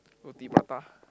roti prata